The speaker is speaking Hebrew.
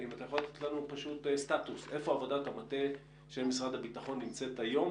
האם תוכל לתת סטטוס איפה עבודת המטה של משרד הביטחון נמצאת היום